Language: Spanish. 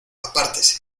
apártese